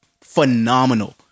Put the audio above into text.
phenomenal